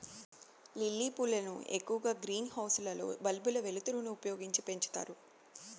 lily పూలను ఎక్కువగా greenhouse లలో బల్బుల వెలుతురును ఉపయోగించి పెంచుతారు